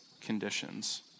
conditions